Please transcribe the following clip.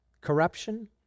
corruption